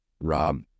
Rob